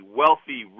wealthy